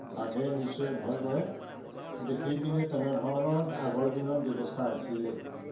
বাঘে নিশ্চয় ভয় কৰে গতিকে সেইপিনে তেনেধৰণৰ আগৰ দিনৰ ব্যৱস্থা আছিলেই